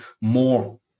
more